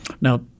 Now –